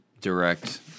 direct